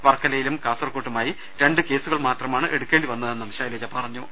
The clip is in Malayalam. വർക്കലയിലും കാസർക്കോട്ടുമായി രണ്ടു കേസുകൾ മാത്രമാണ് എടു ക്കേണ്ടിവന്നതെന്നും ശൈലജ പറഞ്ഞു